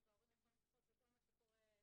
והם יכולים לצפות בכל מה שקורה בגן.